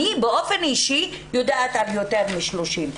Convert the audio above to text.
אני באופן אישי יודעת על יותר מ-30,